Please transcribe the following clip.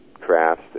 crafts